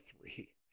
three